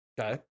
Okay